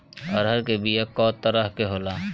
अरहर के बिया कौ तरह के होला?